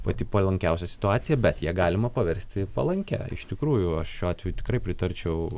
pati palankiausia situacija bet ją galima paversti palankia iš tikrųjų aš šiuo atveju tikrai pritarčiau